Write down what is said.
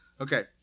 okay